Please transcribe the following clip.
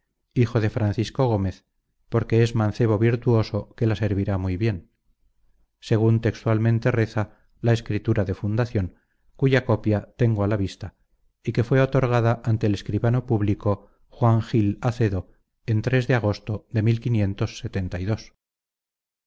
hijo de francisco gómez porque es mancebo virtuoso que la servirá muy bien según textualmente reza la escritura de fundación cuya copia tengo a la vista y que fue otorgada ante el escribano público juan gil acedo en de agosto de